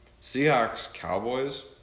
Seahawks-Cowboys